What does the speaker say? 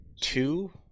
two